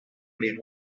les